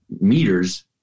meters